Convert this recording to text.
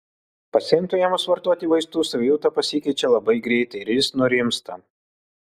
pacientui ėmus vartoti vaistų savijauta pasikeičia labai greitai ir jis nurimsta